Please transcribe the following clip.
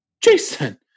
Jason